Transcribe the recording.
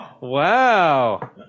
Wow